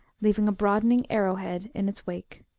leaving a broadening arrow-head in its wake.